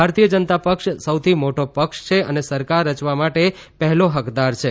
ભારતીય જનતા પક્ષ સૌથી મોટો પક્ષ છે અને સરકાર રચવા માટે પહેલો હકદાર છે